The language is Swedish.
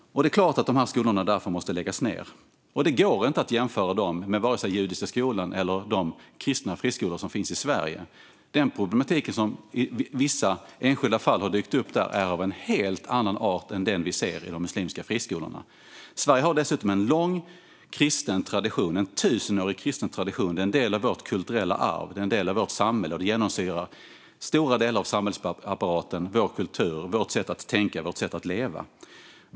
Det är klart att dessa skolor därför måste läggas ned. Det går inte att jämföra dem med vare sig den judiska skolan eller de kristna friskolor som finns i Sverige. Den problematik som i vissa enskilda fall har dykt upp där är av en helt annan art än den som vi ser i de muslimska friskorna. Sverige har dessutom en lång kristen tradition, en tusenårig kristen tradition. Den är en del av vårt kulturella arv och en del av vårt samhälle och genomsyrar stora delar av samhällsapparaten - vår kultur, vårt sätt att tänka och vårt sätt att leva.